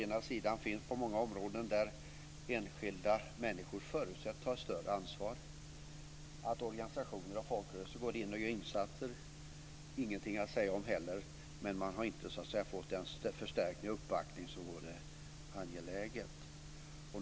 Utredningar finns på många områden där enskilda människor förutsätts ta större ansvar och att organisationer och folkrörelser går in och gör insatser. Det finns ingenting att säga om det heller, men man har inte så att säga fått den förstärkning och uppbackning som vore angeläget.